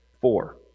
Four